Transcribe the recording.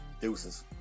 deuces